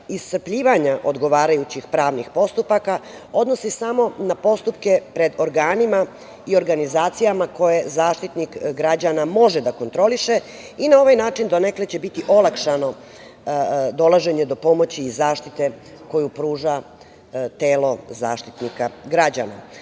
iscrpljivanja odgovarajućih pravnih postupaka, odnosi samo na postupke pred organima i oranizacijama koje Zaštitnik građana, može da kontroliše i na neki način donekle će biti olakšano, dolaženje do pomoći zaštite koju pruža telo Zaštitnika građana. Osvrnula